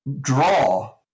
draw